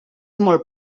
molt